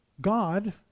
God